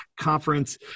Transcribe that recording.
conference